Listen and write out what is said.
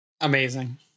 Amazing